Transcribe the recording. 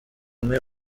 umwe